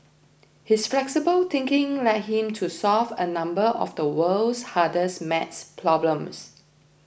his flexible thinking led him to solve a number of the world's hardest math problems